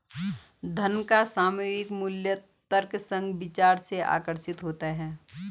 धन का सामयिक मूल्य तर्कसंग विचार से आकर्षित होता है